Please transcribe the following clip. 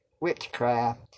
witchcraft